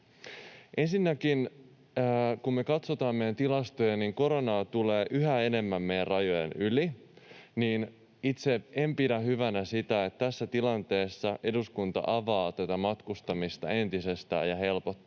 Ensinnäkin, kun me katsotaan meidän tilastoja, niin koronaa tulee yhä enemmän meidän rajojemme yli, ja itse en pidä hyvänä sitä, että tässä tilanteessa eduskunta avaa ja helpottaa tätä matkustamista entisestään tässä